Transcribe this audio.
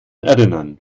erinnern